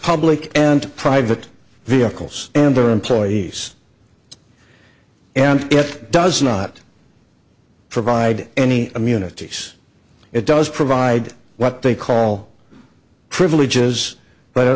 public and private vehicles and or employees and yet does not provide any immunities it does provide what they call privileges but it